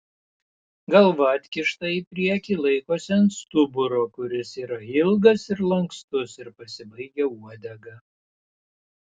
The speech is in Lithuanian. galva atkišta į priekį laikosi ant stuburo kuris yra ilgas ir lankstus ir pasibaigia uodega